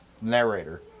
narrator